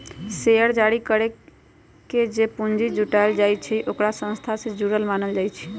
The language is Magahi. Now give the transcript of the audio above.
शेयर जारी करके जे पूंजी जुटाएल जाई छई ओकरा संस्था से जुरल मानल जाई छई